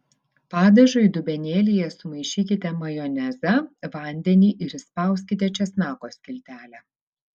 padažui dubenėlyje sumaišykite majonezą vandenį ir įspauskite česnako skiltelę